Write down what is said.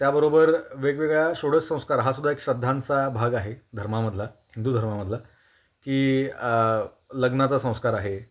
त्याबरोबर वेगवेगळ्या षोडस संस्कार हाासुद्धा एक श्रद्धांचा भाग आहे धर्मामधला हिंदू धर्मामधला की लग्नाचा संस्कार आहे